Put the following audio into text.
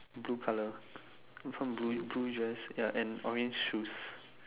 blue colour some blueish blueish dress ya and orange shoes